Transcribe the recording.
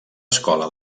escola